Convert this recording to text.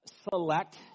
select